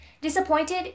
Disappointed